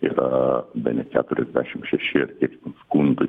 yra bene keturiasdešim šeši ar kiek ten skundai